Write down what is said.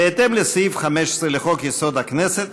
בהתאם לסעיף 15 לחוק-יסוד: הכנסת,